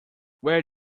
where